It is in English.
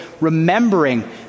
remembering